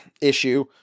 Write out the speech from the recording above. issue